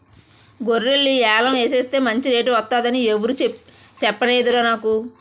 గొర్రెల్ని యాలం ఎసేస్తే మంచి రేటు వొత్తదని ఎవురూ సెప్పనేదురా నాకు